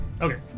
Okay